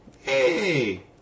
Hey